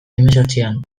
hemezortzian